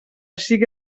sigui